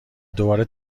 دوباره